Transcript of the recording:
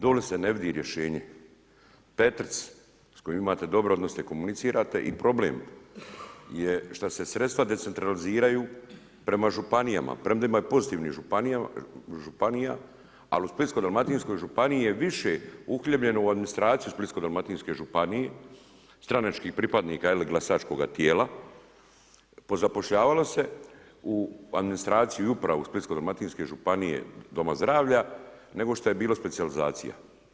Dole se ne vidi rješenje, Petric s kojim imate dobre odnose i komunicirate i problem je šta se sredstva decentraliziraju prema županijama, prema ima i pozitivnih županija, al u Splitsko-dalmatinskoj županiji je više uhljebljeno u administraciju Splitsko-dalmatinske županje, stranačkih pripadnika el glasačkoga tijela, pozapošljavalo se u administraciju i upravu Splitsko-dalmatinske županije doma zdravlja nego šta je bilo specijalizacija.